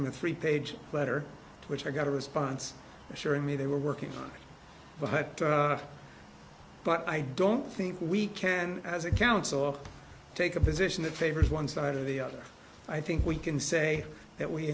three page letter which i got a response assuring me they were working on it but but i don't think we can as a council take a position that favors one side or the other i think we can say that we